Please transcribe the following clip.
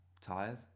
tired